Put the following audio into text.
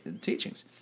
teachings